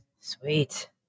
Sweet